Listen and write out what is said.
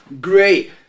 great